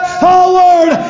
forward